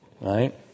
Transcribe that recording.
right